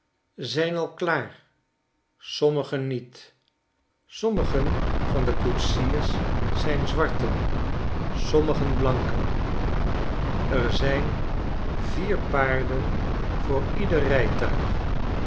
zijn al klaar sommigen niet sommigen van de koetsiers zijn zwarten sommigen blanken er zijn vier paarden voor ieder rijtuig